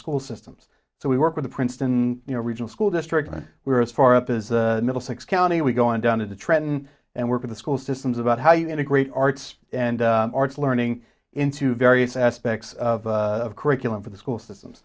school systems so we work with the princeton you know regional school district where as far up as middlesex county we go on down to the trenton and work at the school systems about how you integrate arts and arts learning into various aspects of the curriculum for the school systems